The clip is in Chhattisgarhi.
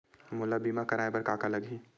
मोला बीमा कराये बर का का लगही?